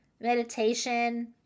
meditation